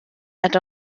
est